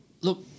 Look